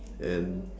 and